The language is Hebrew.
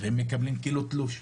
ולכאורה הם מקבלים תלוש.